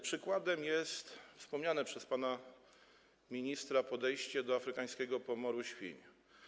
Przykładem jest wspomniane przez pana ministra podejście do afrykańskiego pomoru świń.